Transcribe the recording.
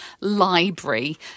library